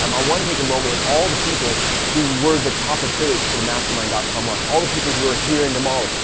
um i wanna take a moment with all the people who were the top affiliates for the mastermind dot com launch, all the people who are here in namale.